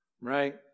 right